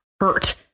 hurt